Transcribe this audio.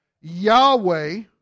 Yahweh